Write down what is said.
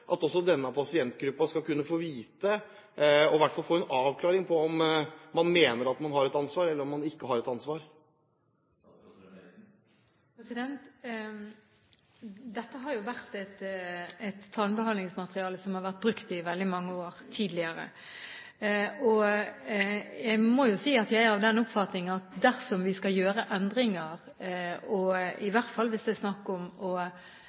at også denne pasientgruppen skal kunne få vite, og i hvert fall få en avklaring på, om man mener at man har et ansvar, eller om man mener at man ikke har et ansvar? Dette er jo et tannbehandlingsmateriale som har vært brukt i veldig mange år tidligere. Jeg må si at jeg er av den oppfatning at dersom vi skal gjøre endringer, og i hvert fall hvis det er snakk om å